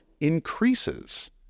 increases